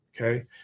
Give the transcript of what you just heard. okay